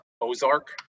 Ozark